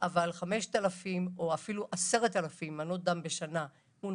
אבל 5,000 ואפילו 10,000 מנות דם בשנה מול